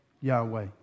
Yahweh